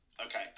Okay